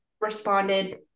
responded